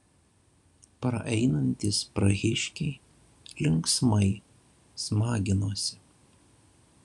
praeinantys prahiškiai linksmai smaginosi